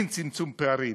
אין צמצום פערים.